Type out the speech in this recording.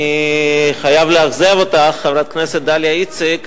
אני חייב לאכזב אותך, חברת הכנסת דליה איציק,